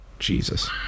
Jesus